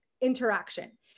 interaction